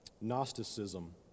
Gnosticism